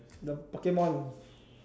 the Pokemon